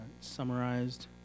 summarized